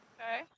Okay